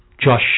Josh